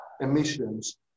emissions